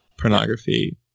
pornography